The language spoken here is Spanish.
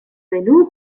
menú